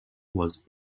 was